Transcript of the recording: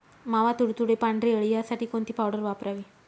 मावा, तुडतुडे, पांढरी अळी यासाठी कोणती पावडर वापरावी?